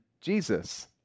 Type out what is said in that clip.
Jesus